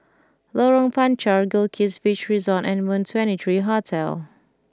Lorong Panchar Goldkist Beach Resort and Moon Twenty Three Hotel